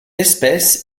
espèce